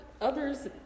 Others